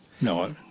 No